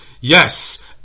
yes